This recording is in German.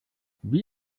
wie